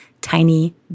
tiny